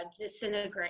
disintegrate